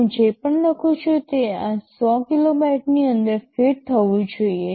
હું જે પણ લખું છું તે આ 100 કિલોબાઇટ્સની અંદર ફિટ થવું જોઈએ